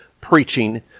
preaching